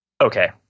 Okay